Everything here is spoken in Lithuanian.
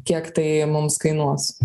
kiek tai mums kainuos